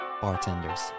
bartenders